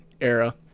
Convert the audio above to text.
era